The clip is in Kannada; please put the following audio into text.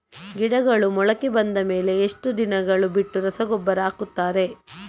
ಗಿಡಗಳು ಮೊಳಕೆ ಬಂದ ಮೇಲೆ ಎಷ್ಟು ದಿನಗಳು ಬಿಟ್ಟು ರಸಗೊಬ್ಬರ ಹಾಕುತ್ತಾರೆ?